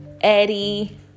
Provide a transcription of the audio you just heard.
eddie